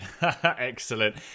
Excellent